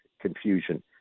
confusion